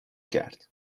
کرد